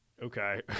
Okay